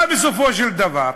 מה בסופו של דבר?